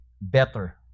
better